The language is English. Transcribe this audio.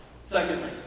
secondly